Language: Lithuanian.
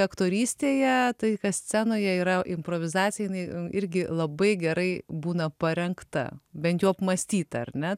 aktorystėje tai kas scenoje yra improvizacija jinai irgi labai gerai būna parengta bent jau apmąstyta ar ne